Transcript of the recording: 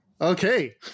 Okay